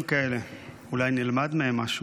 יש דברים כאלה, אולי נלמד מהם משהו.